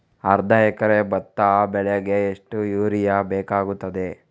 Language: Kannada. ಅರ್ಧ ಎಕರೆ ಭತ್ತ ಬೆಳೆಗೆ ಎಷ್ಟು ಯೂರಿಯಾ ಬೇಕಾಗುತ್ತದೆ?